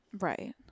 right